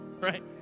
right